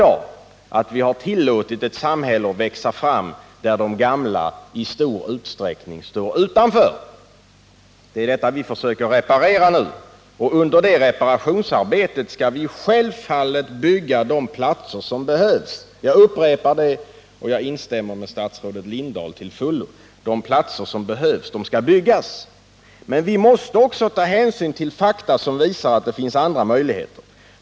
Att vi har tillåtit ett samhälle att växa fram där de gamla i stor utsträckning står utanför är ett av de största problem som vi i dag har. Det är detta vi försöker reparera nu. Under det reparationsarbetet skall vi självfallet bygga de platser som behövs. Jag upprepar det, och jag instämmer i det avseendet till fullo med statsrådet Lindahl. Men vi måste också ta hänsyn till fakta som visar att det finns andra möjligheter.